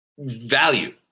value